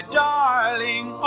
darling